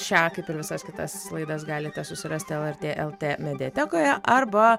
šią kaip ir visas kitas laidas galite susirasti el er tė el tė mediatekoje arba